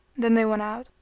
then they went out,